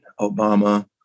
Obama